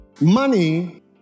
Money